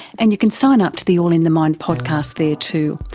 and you can sign up to the all in the mind podcast there too.